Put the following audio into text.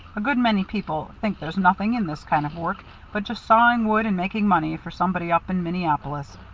a good many people think there's nothing in this kind of work but just sawing wood and making money for somebody up in minneapolis.